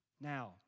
Now